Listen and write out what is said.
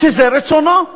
שזה רצונו,